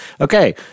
Okay